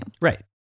Right